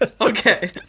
Okay